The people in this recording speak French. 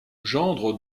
gendre